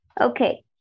Okay